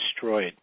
destroyed